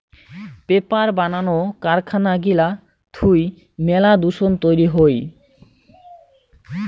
paper বানানো কারখানা গিলা থুই মেলা দূষণ তৈরী হই